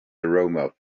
aroma